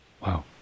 Wow